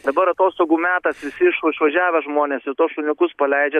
dabar atostogų metas visi iš išvažiavę žmonės ir tuos šuniukus paleidžia